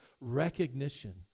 recognition